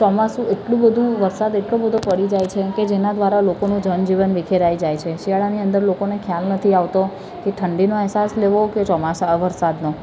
ચોમાસું એટલું બધું વરસાદ એટલો બધો પડી જાય છે કે જેનાં દ્વારા લોકોનું જનજીવન વિખેરાઈ જાય છે શિયાળાની અંદર લોકોને ખ્યાલ નથી આવતો કે ઠંડીનો અહેસાસ લેવો કે ચોમાસા વરસાદનો